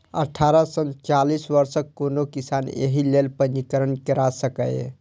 अठारह सं चालीस वर्षक कोनो किसान एहि लेल पंजीकरण करा सकैए